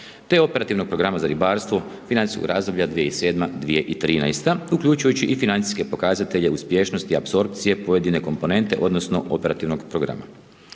te operativnog programa za ribarstvo, financijskog razdoblja 2007.-2013. uključujući i financijske pokazatelje uspješnosti, apsorpcije, pojedine komponente, odnosno, operativnog programa.